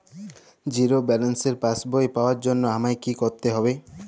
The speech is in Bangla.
জিরো ব্যালেন্সের পাসবই পাওয়ার জন্য আমায় কী করতে হবে?